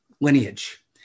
lineage